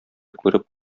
күреп